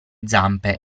zampe